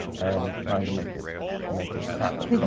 and trying to make it make it happen,